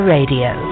Radio